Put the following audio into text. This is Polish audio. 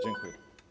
Dziękuję.